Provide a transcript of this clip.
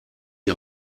die